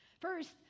First